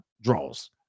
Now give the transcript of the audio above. draws